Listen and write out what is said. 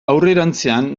aurrerantzean